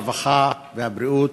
הרווחה והבריאות,